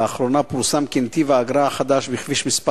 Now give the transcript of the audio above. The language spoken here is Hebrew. לאחרונה פורסם כי נתיב האגרה החדש בכביש מס'